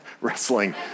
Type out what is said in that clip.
wrestling